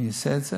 אני אעשה את זה